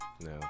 No